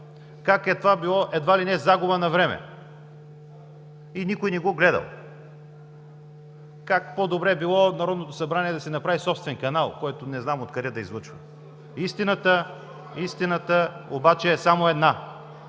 Как това било едва ли не загуба на време и никой не го гледал. Как по-добре било Народното събрание да си направи собствен канал, който да излъчва не знам откъде. Истината обаче е само една: